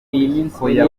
yahuye